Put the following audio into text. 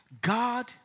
God